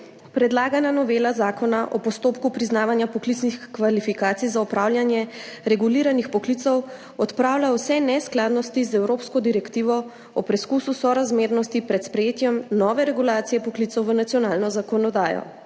Predlagana novela Zakona o postopku priznavanja poklicnih kvalifikacij za opravljanje reguliranih poklicev odpravlja vse neskladnosti z evropsko direktivo o preskusu sorazmernosti pred sprejetjem nove regulacije poklicev v nacionalno zakonodajo.